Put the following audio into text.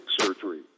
surgery